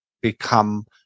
become